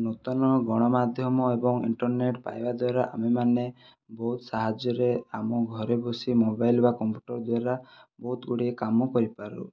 ନୂତନ ଗଣମାଧ୍ୟମ ଏବଂ ଇଣ୍ଟର୍ନେଟ ପାଇବା ଦ୍ୱାରା ଆମେମାନେ ବହୁତ ସାହାଯ୍ୟରେ ଆମ ଘରେ ବସି ମୋବାଇଲ ବା କମ୍ପ୍ୟୁଟର ଦ୍ୱାରା ବହୁତ ଗୁଡ଼ିଏ କାମ କରିପାରୁ